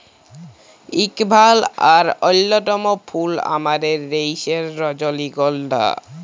ইক ভাল আর অল্যতম ফুল আমাদের দ্যাশের রজলিগল্ধা